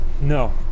No